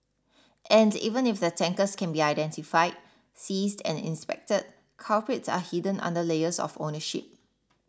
and even if the tankers can be identified seized and inspected culprits are hidden under layers of ownership